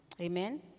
Amen